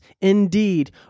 indeed